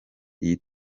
iyi